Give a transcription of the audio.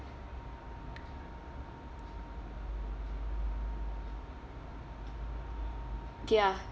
ya